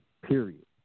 period